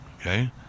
okay